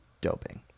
doping